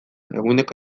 eguneko